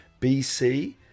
BC